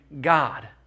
God